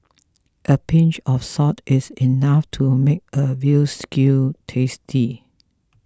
a pinch of salt is enough to make a Veal Stew tasty